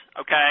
okay